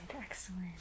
excellent